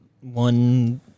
One